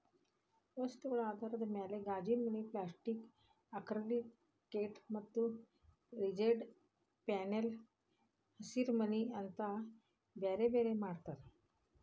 ವಸ್ತುಗಳ ಆಧಾರದ ಮ್ಯಾಲೆ ಗಾಜಿನಮನಿ, ಪ್ಲಾಸ್ಟಿಕ್ ಆಕ್ರಲಿಕ್ಶೇಟ್ ಮತ್ತ ರಿಜಿಡ್ ಪ್ಯಾನೆಲ್ ಹಸಿರಿಮನಿ ಅಂತ ಬ್ಯಾರ್ಬ್ಯಾರೇ ಮಾಡ್ತಾರ